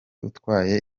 utwaye